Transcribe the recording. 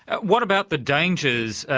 and what about the dangers,